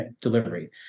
delivery